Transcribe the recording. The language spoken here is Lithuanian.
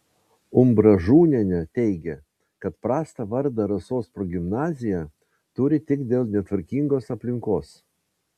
umbražūnienė teigė kad prastą vardą rasos progimnazija turi tik dėl netvarkingos aplinkos